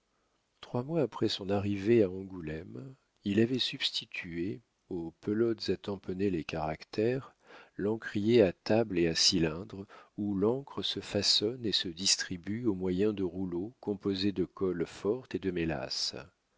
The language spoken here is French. trois mois après son arrivée à angoulême il avait substitué aux pelotes à tamponner les caractères l'encrier à table et à cylindre où l'encre se façonne et se distribue au moyen de rouleaux composés de colle forte et de